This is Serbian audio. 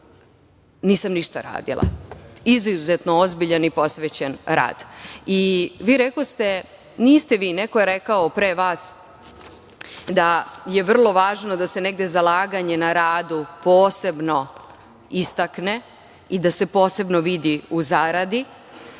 nisam ništa radila. Izuzetno ozbiljan i posvećen rad. Neko je rekao da je vrlo važno da se negde zalaganje na radu posebno istakne i da se posebno vidi u zaradi.